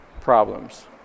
problems